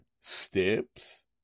steps